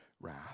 wrath